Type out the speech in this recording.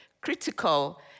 critical